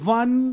one